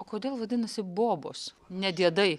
o kodėl vadinasi bobos ne diedai